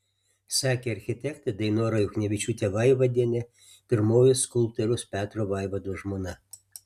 sakė architektė dainora juchnevičiūtė vaivadienė pirmoji skulptoriaus petro vaivados žmona